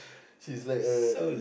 she's like a